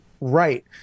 right